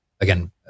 again